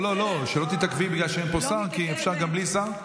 שלא תתעכבי בגלל שאין פה שר, כי אפשר גם בלי שר.